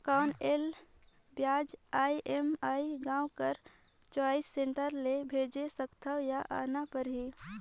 कौन एला ब्याज ई.एम.आई गांव कर चॉइस सेंटर ले भेज सकथव या आना परही?